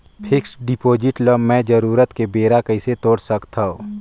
Fixed deposit ल मैं जरूरत के बेरा कइसे तोड़ सकथव?